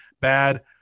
BAD